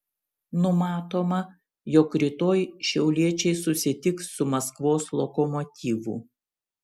numatoma jog rytoj šiauliečiai susitiks su maskvos lokomotyvu